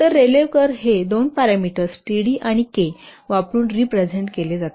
तर रेलेव्ह कर्व हे दोन पॅरामीटर्स t d आणि K वापरून रिप्र्जेंट केले आहे